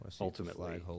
ultimately